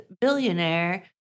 billionaire